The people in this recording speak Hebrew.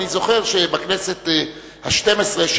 אני זוכר שבכנסת השתים-עשרה,